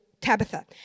Tabitha